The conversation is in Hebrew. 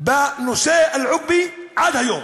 בנושא אל-עוקבי עד היום